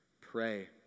Pray